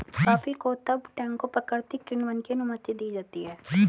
coffee को तब टैंकों प्राकृतिक किण्वन की अनुमति दी जाती है